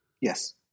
Yes